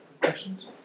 Questions